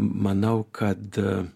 manau kad